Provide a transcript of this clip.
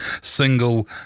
single